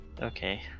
Okay